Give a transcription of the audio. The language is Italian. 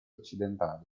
occidentali